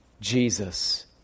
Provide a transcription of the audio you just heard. Jesus